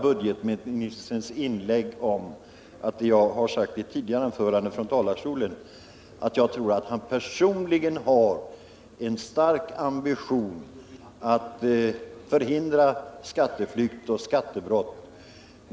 Budgetministerns inlägg vittnar om det jag har sagt i ett tidigare anförande från talarstolen, nämligen att budgetministern personligen har en stark ambition att förhindra skatteflykt och skattebrott.